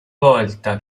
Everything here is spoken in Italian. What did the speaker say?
volta